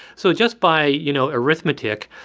so just by, you know, arithmetic,